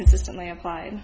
consistently applied